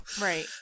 Right